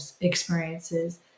experiences